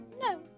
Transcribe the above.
no